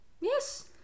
yes